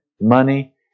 money